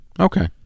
Okay